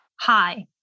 Hi